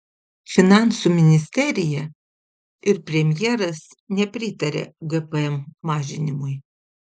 finansų ministerija ir premjeras nepritaria gpm mažinimui